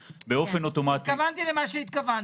התכוונתי למה שהתכוונתי.